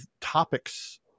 topics